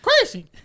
Crazy